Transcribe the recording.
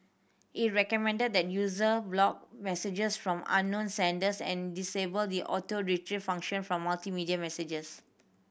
it recommended that user block messages from unknown senders and disable the Auto Retrieve function for multimedia messages